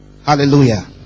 Hallelujah